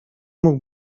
mógł